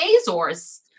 Azores